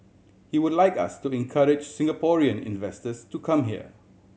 he would like us to encourage Singaporean investors to come here